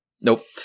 Nope